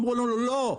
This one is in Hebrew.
אמרו לנו: לא,